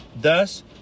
Thus